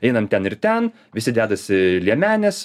einam ten ir ten visi dedasi liemenes